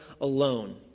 alone